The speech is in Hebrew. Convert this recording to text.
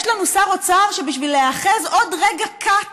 יש לנו שר אוצר שבשביל להיאחז עוד רגע קט